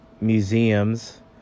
museums